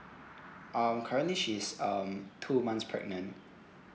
um currently she is um two months pregnant